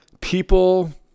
people